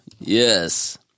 yes